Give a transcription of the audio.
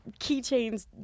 keychains